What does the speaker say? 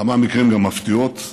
בכמה מקרים גם מפתיעות.